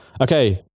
Okay